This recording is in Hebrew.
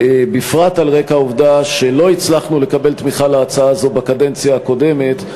בפרט על רקע העובדה שלא הצלחנו לקבל תמיכה בהצעה הזאת בקדנציה הקודמת,